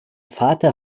vater